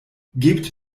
gebt